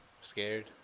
scared